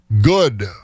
Good